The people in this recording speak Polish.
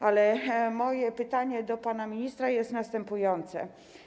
Natomiast moje pytanie do pana ministra jest następujące.